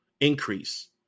increase